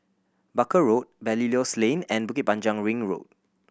Barker Road Belilios Lane and Bukit Panjang Ring Road